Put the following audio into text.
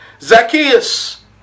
Zacchaeus